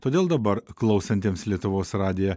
todėl dabar klausantiems lietuvos radiją